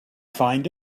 find